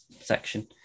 section